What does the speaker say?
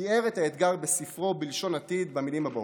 תיאר את האתגר בספרו "בלשון עתיד" במילים הבאות: